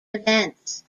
events